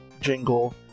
jingle